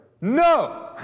No